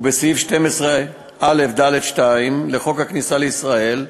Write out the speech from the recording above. ובסעיף 12א(ד)(2) לחוק הכניסה לישראל,